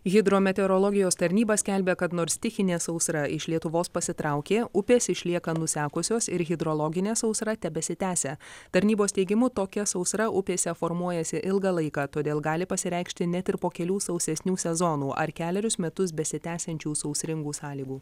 hidrometeorologijos tarnyba skelbia kad nors stichinė sausra iš lietuvos pasitraukė upės išlieka nusekusios ir hidrologinė sausra tebesitęsia tarnybos teigimu tokia sausra upėse formuojasi ilgą laiką todėl gali pasireikšti net ir po kelių sausesnių sezonų ar kelerius metus besitęsiančių sausringų sąlygų